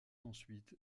ensuite